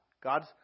God's